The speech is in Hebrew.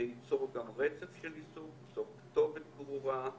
זה ייצור גם רצף של ---, ייצור כתובת ברורה.